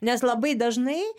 nes labai dažnai